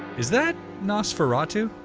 is that nosferatu?